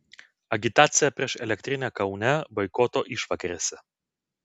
agitacija prieš elektrinę kaune boikoto išvakarėse